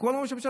כל ראש ממשלה.